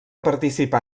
participar